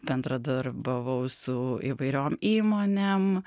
bendradarbiavau su įvairiom įmonėm